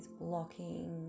blocking